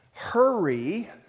Hurry